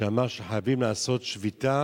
שאמר שחייבים לעשות שביתה